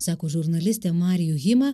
sako žurnalistė marju hima